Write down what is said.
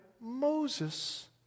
Moses